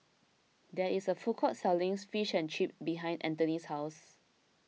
there is a food court selling Fish and Chips behind Anthony's house